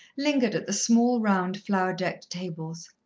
lingered at the small, round, flower-decked tables.